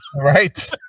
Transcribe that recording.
Right